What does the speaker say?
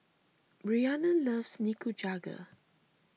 Bryana loves Nikujaga